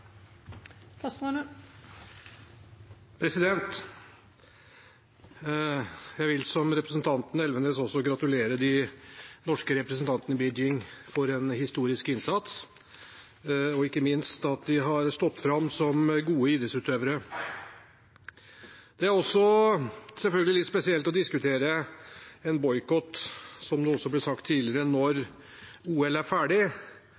vil, som representanten Elvenes, også gratulere de norske representantene i Beijing med en historisk innsats og ikke minst med at de har stått fram som gode idrettsutøvere. Det er – som det også ble sagt tidligere – selvfølgelig litt spesielt å diskutere